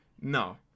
No